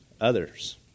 others